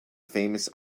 famous